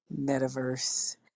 metaverse